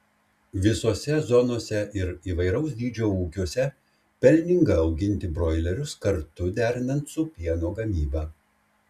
visose zonose ir įvairaus dydžio ūkiuose pelninga auginti broilerius kartu derinant su pieno gamyba